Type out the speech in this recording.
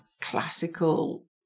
classical